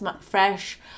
fresh